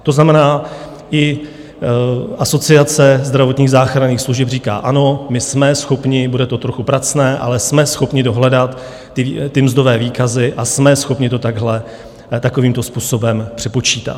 To znamená, i Asociace zdravotních záchranných služeb říká: Ano, my jsme schopni bude to trochu pracné, ale jsme schopni dohledat ty mzdové výkazy a jsme schopni to takhle, takovýmto způsobem přepočítat.